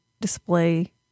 display